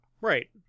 Right